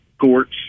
courts